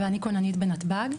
ואני כוננית בנתב"ג,